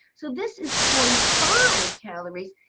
so this is forty five calories.